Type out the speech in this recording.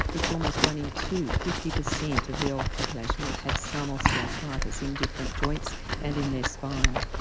it's almost one in two, fifty percent of the older population will have some osteoarthritis in different joints and in their spine.